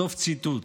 סוף ציטוט.